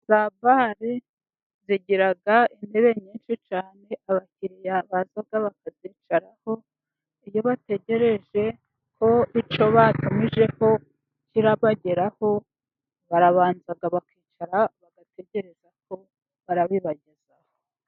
Za bare zigira intebe nyinshi cyane, abakiriya baza bakazicaraho iyo bategereje ko icyo batumijeho kirabageraho, barabanza bakicara bagategereza ko barabibageza.